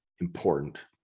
important